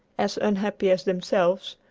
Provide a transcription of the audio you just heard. as unhappy as themselves,